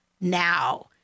now